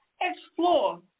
explore